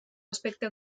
aspecte